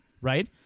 right